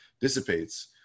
dissipates